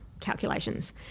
calculations